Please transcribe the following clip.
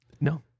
No